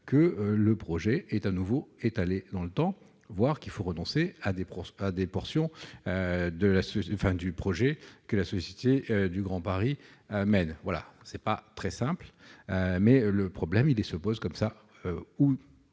que le projet est à nouveau décalé dans le temps, voire qu'il faut renoncer à des portions du projet mené par la Société du Grand Paris. Ce n'est pas très simple, mais telles sont les